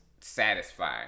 satisfying